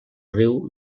riu